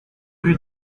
rue